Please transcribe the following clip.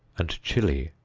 and chilly,